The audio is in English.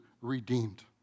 redeemed